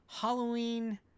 Halloween